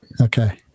Okay